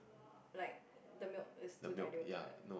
like the milk is too diluted